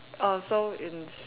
err so in